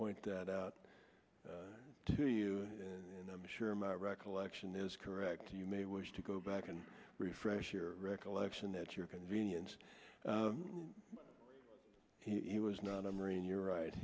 point that out to you and i'm sure my recollection is correct you may wish to go back and refresh your recollection that your convenience he was not a marine you're right